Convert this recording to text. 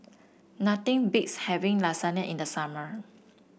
nothing beats having Lasagna in the summer